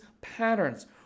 patterns